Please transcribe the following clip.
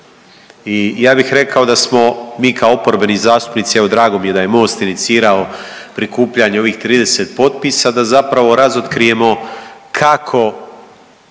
I ja bih rekao da smo mi kao oporbeni zastupnici, evo drago mi je da je Most inicirao prikupljanje ovih 30 potpisa da zapravo razotkrijemo kako